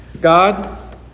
God